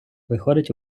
виходить